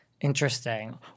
Interesting